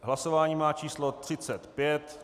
Hlasování má číslo 35.